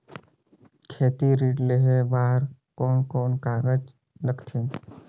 खेती ऋण लेहे बार कोन कोन कागज लगथे?